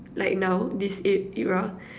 like now this e~ era